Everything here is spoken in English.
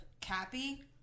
Cappy